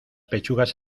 pechugas